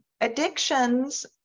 Addictions